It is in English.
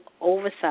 oversight